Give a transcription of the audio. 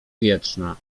wietrzna